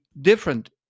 different